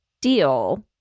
deal